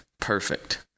Perfect